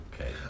okay